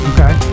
Okay